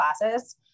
classes